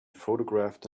photographed